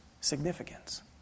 significance